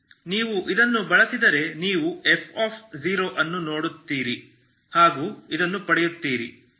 ನೀವು ಇದನ್ನು ಬಳಸಿದರೆ ನೀವು f0 ಅನ್ನು ನೋಡುತ್ತೀರಿ ಹಾಗು ಇದನ್ನು ಪಡೆಯುತ್ತೀರಿ